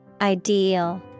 Ideal